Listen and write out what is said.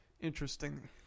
interesting